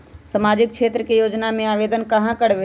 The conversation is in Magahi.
सामाजिक क्षेत्र के योजना में आवेदन कहाँ करवे?